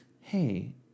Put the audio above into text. hey